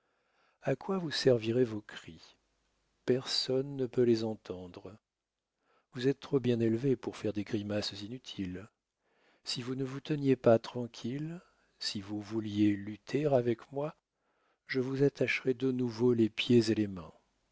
a quoi vous serviraient vos cris personne ne peut les entendre vous êtes trop bien élevée pour faire des grimaces inutiles si vous ne vous teniez pas tranquille si vous vouliez lutter avec moi je vous attacherais de nouveau les pieds et les mains